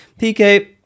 PK